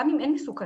גם אם אין מסוכנות,